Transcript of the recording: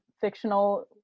fictional